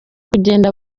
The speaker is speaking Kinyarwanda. kugenda